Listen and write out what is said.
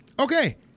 Okay